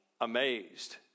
amazed